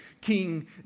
King